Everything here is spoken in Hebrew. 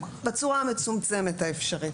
בצורה המצומצמת האפשרית,